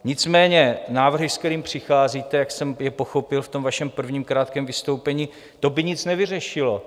Nicméně návrhy, s kterými přicházíte, jak jsem je pochopil v tom vašem prvním krátkém vystoupení, to by nic nevyřešilo.